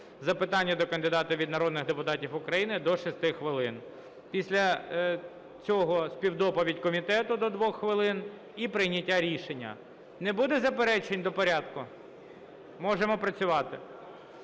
запитання до кандидата від народних депутатів України – до 6 хвилин. Після цього співдоповідь комітету – до 2 хвилин і прийняття рішення. Не буде заперечень до порядку? Можемо працювати.